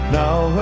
now